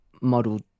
model